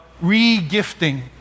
re-gifting